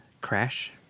Crash